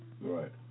Right